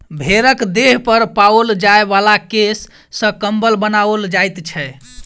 भेंड़क देह पर पाओल जाय बला केश सॅ कम्बल बनाओल जाइत छै